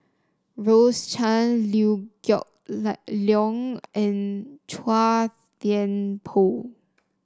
Rose Chan Liew Geok Leong and Chua Thian Poh